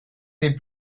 des